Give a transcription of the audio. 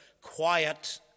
quiet